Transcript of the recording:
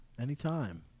anytime